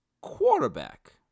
quarterback